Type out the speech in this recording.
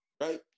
right